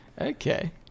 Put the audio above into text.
Okay